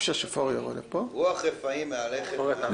רוח רפאים מהלכת.